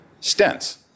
stents